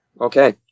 okay